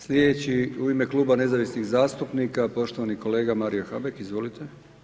Slijedeći u ime Kluba nezavisnih zastupnika poštovani kolega Mario Habek, izvolite.